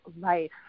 life